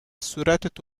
صورتت